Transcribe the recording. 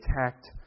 attacked